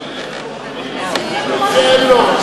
הכי טוב שתראי את הבוחרים,